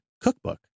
Cookbook